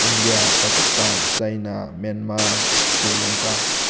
India Pakistan China Myanmar Sri Lanka